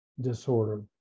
disorder